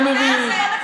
אני מבין.